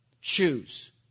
choose